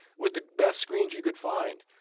with the best screens you could find.